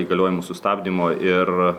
įgaliojimų sustabdymo ir